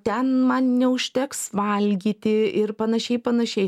ten man neužteks valgyti ir panašiai panašiai